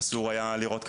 אסור היה לירות קפצונים,